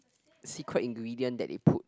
secret ingredient that they put